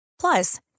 Plus